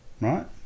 right